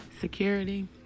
Security